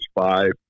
five